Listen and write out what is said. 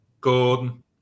Gordon